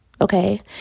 Okay